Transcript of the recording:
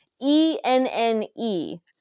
E-N-N-E